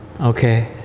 Okay